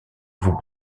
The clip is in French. vous